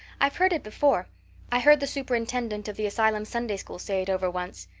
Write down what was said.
i've heard it before i heard the superintendent of the asylum sunday school say it over once.